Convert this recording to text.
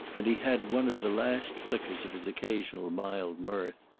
and he had one of the last flickers of his occasional mild mirth.